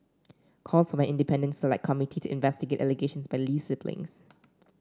calls for an independent select committee to investigate allegations by Lee siblings